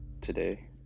today